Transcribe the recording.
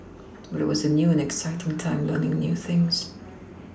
but it was a new and exciting time learning new things